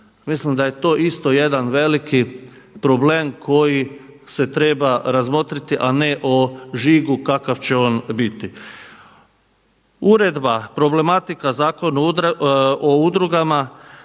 Mislim da je to isto jedan veliki problem koji se treba razmotriti a ne o žigu kakav će on biti. Uredba, problematika Zakon o udrugama,